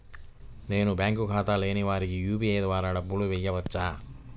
నేను బ్యాంక్ ఖాతా లేని వారికి యూ.పీ.ఐ ద్వారా డబ్బులు వేయచ్చా?